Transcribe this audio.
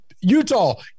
Utah